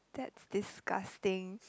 that's disgusting